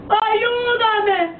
ayúdame